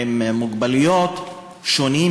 עם מוגבלויות שונות,